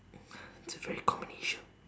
that's a very common issue